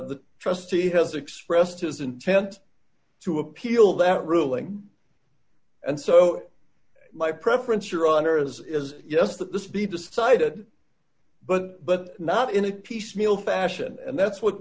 the trustee has expressed his intent to appeal that ruling and so my preference your honor is just that this be decided but but not in a piecemeal fashion and that's what